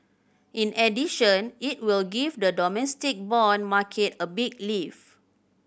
in addition it will give the domestic bond market a big lift